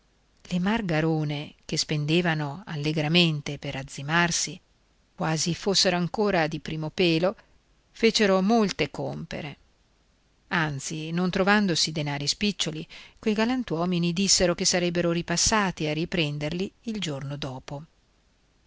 le margarone che spendevano allegramente per azzimarsi quasi fossero ancora di primo pelo fecero molte compere anzi non trovandosi denari spiccioli quei galantuomini dissero che sarebbero ripassati a prenderli il giorno dopo